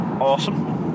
awesome